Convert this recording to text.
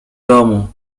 domu